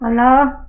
Hello